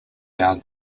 down